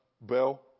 bell